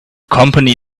company